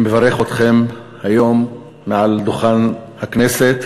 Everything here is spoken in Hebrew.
אני מברך אתכם היום מעל דוכן הכנסת